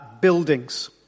buildings